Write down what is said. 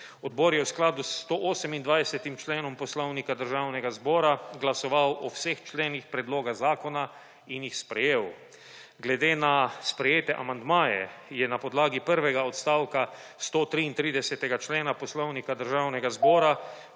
Odbor je v skladu s 128. členom Poslovnika Državnega zbora glasoval o vseh členih predloga zakona in jih sprejel. Glede na sprejete amandmaje je na podlagi prvega odstavka 133. člena Poslovnika Državnega zbora